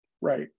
Right